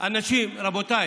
רבותיי,